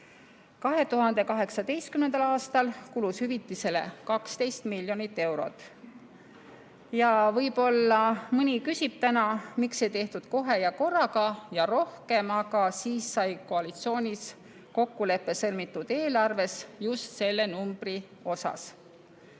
2018. aastal kulus hüvitisele 12 miljonit eurot. Võib-olla mõni küsib täna, miks ei tehtud kohe ja korraga ja rohkem, aga siis sai koalitsioonis kokkulepe sõlmitud eelarves just selle numbri osas.